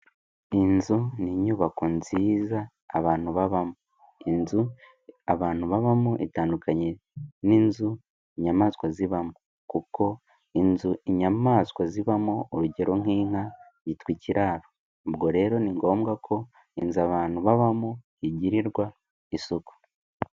Iyi nzu, ni inyubako nziza abantu babamo, inzu abantu babamo itandukanye n'inzu inyamaswa zibamo kuko inzu inyamaswa zibamo urugero nk'inka yitwa ikiraro, ubwo rero ni ngombwa ko inzu abantu babamo igirirwa isuku.